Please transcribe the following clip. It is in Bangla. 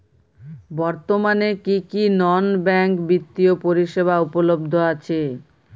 বর্তমানে কী কী নন ব্যাঙ্ক বিত্তীয় পরিষেবা উপলব্ধ আছে?